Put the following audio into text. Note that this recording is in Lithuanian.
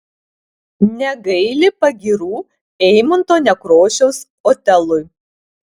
negaili pagyrų eimunto nekrošiaus otelui